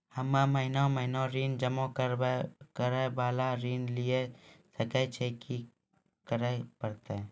हम्मे महीना महीना ऋण जमा करे वाला ऋण लिये सकय छियै, की करे परतै?